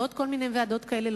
ועוד כל מיני ועדות כאלה,